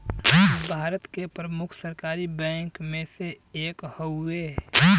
भारत के प्रमुख सरकारी बैंक मे से एक हउवे